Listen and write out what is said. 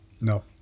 No